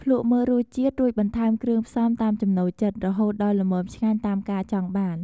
ភ្លក្សមើលរសជាតិ រួចបន្ថែមគ្រឿងផ្សំតាមចំណូលចិត្ត រហូតដល់ល្មមឆ្ងាញ់តាមការចង់បាន។